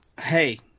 hey